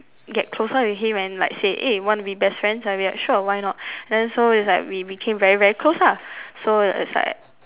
get closer with him and like say eh want to be best friends and we're like sure why not then so is like we became very very close lah so is like